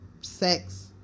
sex